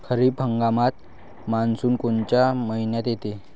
खरीप हंगामात मान्सून कोनच्या मइन्यात येते?